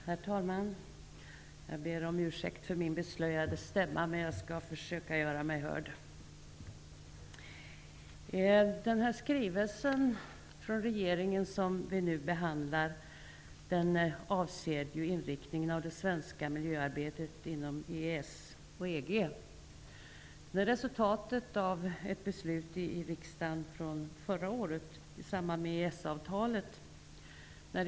Herr talman! Jag ber om ursäkt för min beslöjade stämma. Jag skall ändå försöka göra mig hörd. Herr talman! Den skrivelse från regeringen som vi nu behandlar avser inriktningen av det svenska miljöarbetet inom EES och EG. Den är resultatet av ett beslut av riksdagen från förra året i samband med behandlingen av frågan om EES-avtalet.